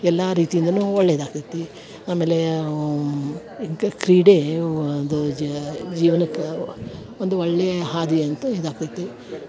ಎಲ್ಲ ರೀತಿಯಿಂದನು ಒಳ್ಳೆಯದು ಆಗ್ತೈತಿ ಆಮೇಲೇ ಇಂಕ ಕ್ರೀಡೆ ಒಂದು ಜೀವನಕ್ಕೆ ಒಂದು ಒಳ್ಳೆಯ ಹಾದಿ ಅಂತ ಇದು ಆಗ್ತೈತಿ